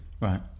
Right